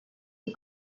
die